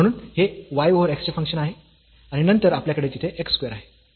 म्हणून हे y over x चे फंक्शन आहे आणि नंतर आपल्याकडे तिथे x स्क्वेअर आहे